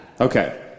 Okay